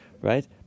Right